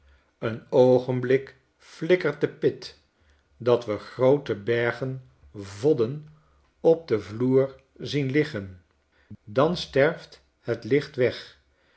een oogenblik flikkert de pit dat we groote bergenvodden op den vloer zien liggen dan sterft het licht weg